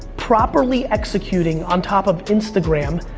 properly executing on top of instagram,